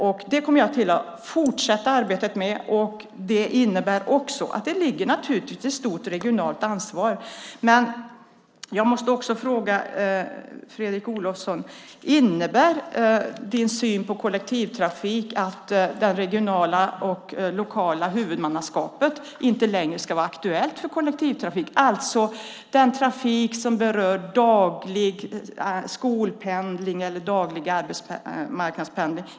Jag kommer att fortsätta arbetet med detta, och det innebär också att det finns ett stort regionalt ansvar. Men jag måste också fråga Fredrik Olovsson: Innebär din syn på kollektivtrafik att det regionala och lokala huvudmannaskapet inte längre ska vara aktuellt för kollektivtrafik, alltså den trafik som berör daglig skolpendling eller daglig arbetsmarknadspendling?